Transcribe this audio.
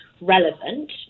relevant